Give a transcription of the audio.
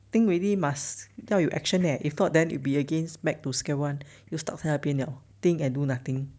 think already must 要有 action eh if not then it'll be against back to square one you stop 在那边了 think and do nothing